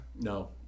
No